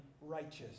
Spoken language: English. righteous